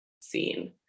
seen